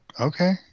okay